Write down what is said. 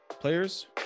players